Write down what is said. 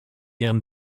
ihren